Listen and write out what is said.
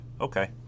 Okay